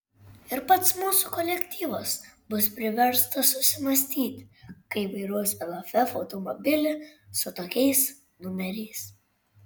ir pats mūsų kolektyvas bus priverstas susimąstyti kai vairuos lff automobilį su tokiais numeriais